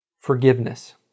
Forgiveness